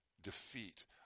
defeat